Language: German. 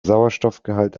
sauerstoffgehalt